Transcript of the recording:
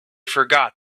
forgot